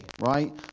right